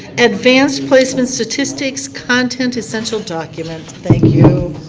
advanced placement statistics content essential document, thank you.